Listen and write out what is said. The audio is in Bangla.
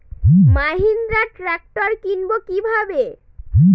মাহিন্দ্রা ট্র্যাক্টর কিনবো কি ভাবে?